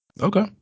Okay